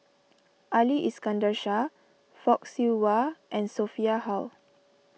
Ali Iskandar Shah Fock Siew Wah and Sophia Hull